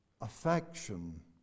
affection